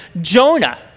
Jonah